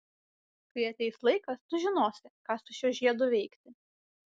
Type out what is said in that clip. kai ateis laikas tu žinosi ką su šiuo žiedu veikti